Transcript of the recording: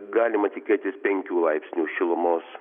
galima tikėtis penkių laipsnių šilumos